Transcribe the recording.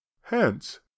Hence